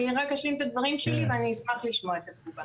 אני רק אשלים את הדברים שלי ואני אשמח לשמוע את התגובה.